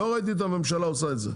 לא ראיתי את הממשלה עושה את זה.